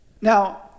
Now